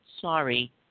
Sorry